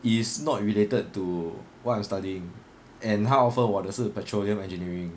it's not related to what I'm studying and how 它 offer 我的是 petroleum engineering